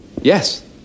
Yes